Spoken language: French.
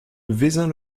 vezin